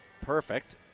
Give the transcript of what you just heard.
perfect